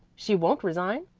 she won't resign.